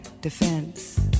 defense